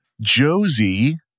Josie